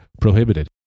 prohibited